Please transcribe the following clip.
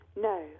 No